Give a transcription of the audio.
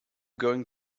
going